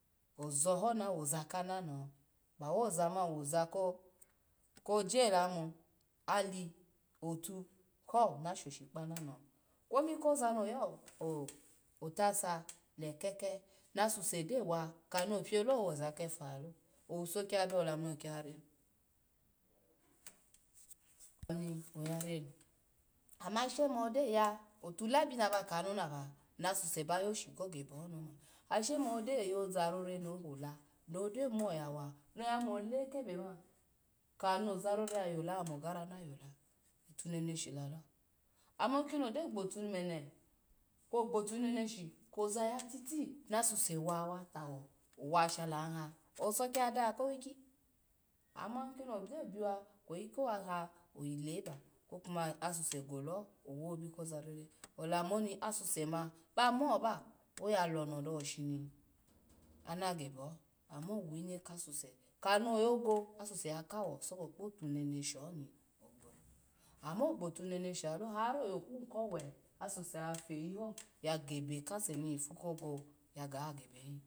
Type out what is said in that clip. Ozaho na woza kananoho, bawe ozama woza koselabo ali, otuho nashoshi kpa nanoho, kwomi koza noya hoho tase lekeke na suse gyo wa kano pio wi owo za kefu lalo, owuso kiya dawo ola mi no ki yara ni ni okiya rani ama ashe ma gyo ya otulabi na ba kani onapa, ana suse ba yoshi ko gebeho ni oma, ashe ma gyo yozarora no hola, no gyo mo yawa na mo olekobenia, kano zarora ya yola amo garana yola, otu neneshi lalo, ama kini ogyo gbotu mene kwo gbotu neneshi kwoza ya titi na suse wa wa tawo wa shalaha, owuso, kiyada ko wiki ama kino gyo biwa kowaha ovi lebe kwo kuma asuse goleho owobi kozarora alamo ni, asuse maba moba oya lono dawo shini ana gebeho, amo wine kasuse kano yogo asuse ya kawo gobe kpotu neneshi ho ni ogbo, amo gbotu neneshi lalo har oyo ku ko we asuse yafeyiho ya gebe kaseni vi fu kogo ya gagebehi